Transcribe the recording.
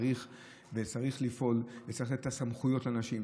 צריך לפעול וצריך לתת סמכויות לאנשים.